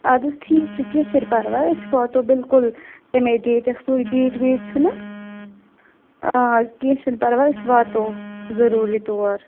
اَدٕ حظ ٹھیٖک چھُ کیٚنٛہہ چھُنہٕ پَرواے أسۍ واتو بِلکُل تَمے ڈیٹَس سُے ڈیٹ ویٹ چھُنہٕ آ کیٚنٛہہ چھُنہٕ پَرواے أسۍ واتو ضروٗری تور